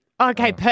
Okay